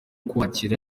kwakira